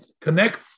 connect